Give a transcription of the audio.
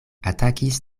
atakis